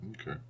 Okay